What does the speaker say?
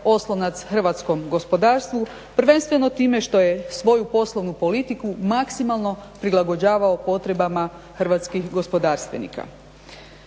oslonac hrvatskom gospodarstvu, prvenstveno time što je svoju poslovnu politiku maksimalno prilagođavao potrebama hrvatskih gospodarstvenika.